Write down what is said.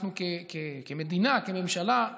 אנחנו, כמדינה, כממשלה,